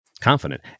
confident